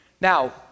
Now